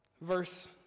Verse